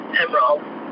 emerald